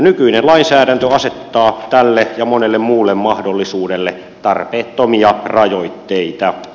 nykyinen lainsäädäntö asettaa tälle ja monelle muulle mahdollisuudelle tarpeettomia rajoitteita